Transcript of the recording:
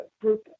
group